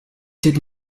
did